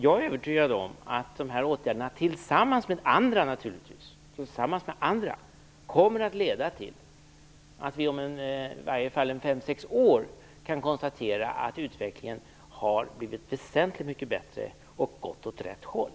Jag är övertygad om att de här åtgärderna, naturligtvis tillsammans med andra, kommer att leda till att vi om i varje fall cirka fem, sex år kan konstatera att utvecklingen har blivit väsentligt mycket bättre och har gått åt rätt håll.